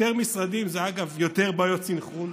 יותר משרדים, אגב, זה יותר בעיות סנכרון.